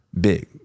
big